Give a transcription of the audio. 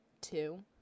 Two